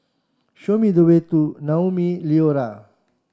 show me the way to Naumi Liora